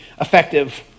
effective